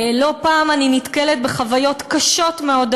לא פעם אני נתקלת בחוויות קשות מאוד,